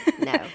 No